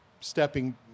stepping